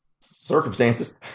circumstances